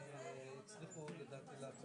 אנחנו נצטרך אולי לחדד את